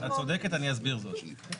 את צודקת, אני אסביר זאת.